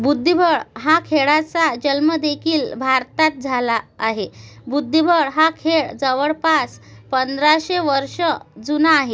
बुद्धिबळ हा खेळाचा जल्मदेखील भारतात झाला आहे बुद्धिबळ हा खेळ जवळपास पंधराशे वर्ष जुना आहे